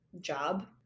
job